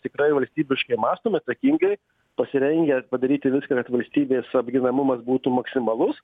tikrai valstybiškai mąstom atsakingai pasirengę padaryti viską kad valstybės apginamumas būtų maksimalus